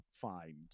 find